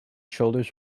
shoulders